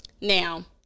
Now